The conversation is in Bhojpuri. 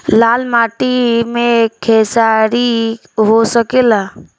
लाल माटी मे खेसारी हो सकेला?